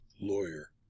Lawyer